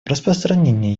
распространение